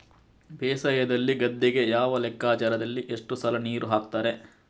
ಬೇಸಾಯದಲ್ಲಿ ಗದ್ದೆಗೆ ಯಾವ ಲೆಕ್ಕಾಚಾರದಲ್ಲಿ ಎಷ್ಟು ಸಲ ನೀರು ಹಾಕ್ತರೆ?